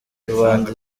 rubanda